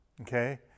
Okay